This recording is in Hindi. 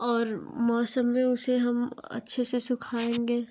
और मौसम में उसे हम अच्छे से सुखाएँगे